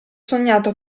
sognato